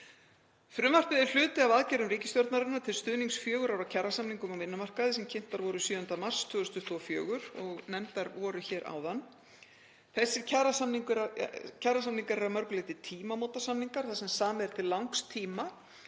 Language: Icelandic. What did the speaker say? Frumvarpið er hluti af aðgerðum ríkisstjórnarinnar til stuðnings fjögurra ára kjarasamningum á vinnumarkaði sem kynntar voru 7. mars 2024 og nefndar voru hér áðan. Þessir kjarasamningar eru að mörgu leyti tímamótasamningar þar sem samið er til langs tíma